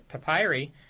papyri